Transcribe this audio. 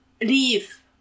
leave